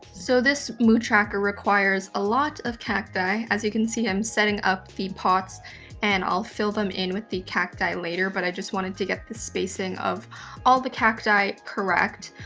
so this mood tracker requires a lot of cacti, as you can see, i'm setting up the pots and i'll fill them in with the cacti later, but i just wanted to get the spacing of all the cacti correct.